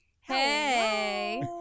Hey